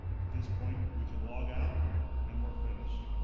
at this point we can log out and we're finished.